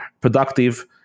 productive